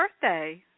birthday